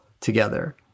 together